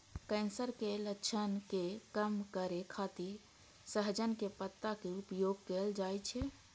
cancer के लक्षण के कम करै खातिर सहजन के पत्ता के उपयोग कैल जाइ छै